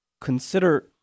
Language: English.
Consider